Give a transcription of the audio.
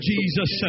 Jesus